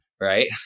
Right